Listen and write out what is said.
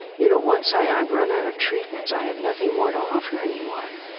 you know once i run out of treatments i have nothing more to offer anyone.